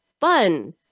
fun